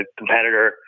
competitor